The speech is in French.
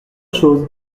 chose